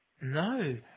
No